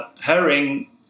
herring